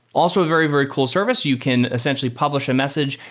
also a very, very cool service. you can essentially publish a message,